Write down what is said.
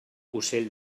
ocell